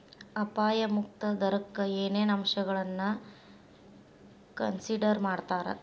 ಅಪಾಯ ಮುಕ್ತ ದರಕ್ಕ ಏನೇನ್ ಅಂಶಗಳನ್ನ ಕನ್ಸಿಡರ್ ಮಾಡ್ತಾರಾ